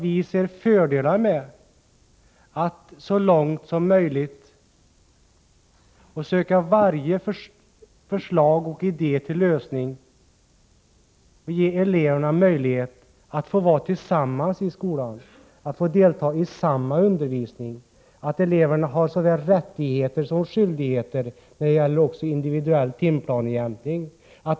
Vi ser fördelar med att så långt som möjligt pröva varje förslag och idé som ger eleverna möjligheter att vara tillsammans i skolan och att delta i samma undervisning. Vi menar att eleverna har såväl rättigheter som skyldigheter också när det gäller individuell timplanejämkning.